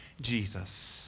Jesus